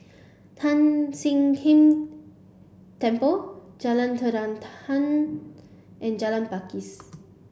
Tan Sian King Temple Jalan Terentang and Jalan Pakis